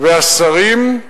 והשרים,